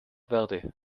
verde